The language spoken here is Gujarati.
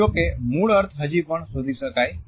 જો કે મૂળ અર્થ હજી પણ શોધી શકાય છે